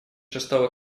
шестого